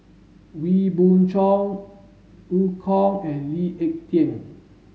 Wee Beng Chong Eu Kong and Lee Ek Tieng